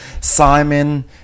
Simon